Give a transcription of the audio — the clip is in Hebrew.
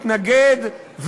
מתנגד,